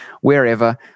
wherever